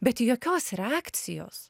bet jokios reakcijos